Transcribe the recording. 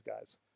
guys